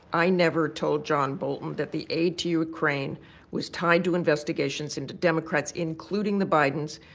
i never told john bolton that the aid to ukraine was tied to investigations into democrats, including the bidens.